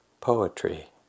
poetry